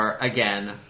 again